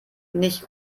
nicht